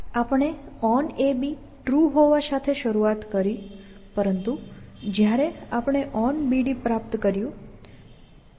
આપણે onAB true હોવા સાથે શરૂઆત કરી પરંતુ જયારે આપણે onBD સમાપ્ત કર્યું હવે A ટેબલ પર છે